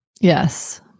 Yes